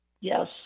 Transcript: Yes